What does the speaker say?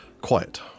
quiet